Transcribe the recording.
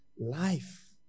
life